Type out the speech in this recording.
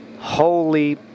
Holy